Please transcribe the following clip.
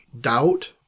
doubt